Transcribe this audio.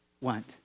want